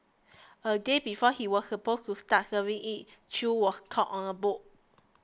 a day before he was supposed to start serving it Chew was caught on a boat